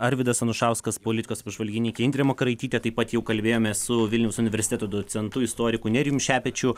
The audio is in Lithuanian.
arvydas anušauskas politikos apžvalgininkė indrė makaraitytė taip pat jau kalbėjomės su vilniaus universiteto docentu istoriku nerijum šepečiu